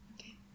Okay